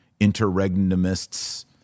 Interregnumists